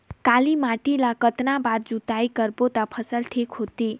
काली माटी ला कतना बार जुताई करबो ता फसल ठीक होती?